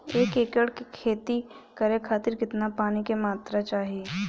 एक एकड़ खेती करे खातिर कितना पानी के मात्रा चाही?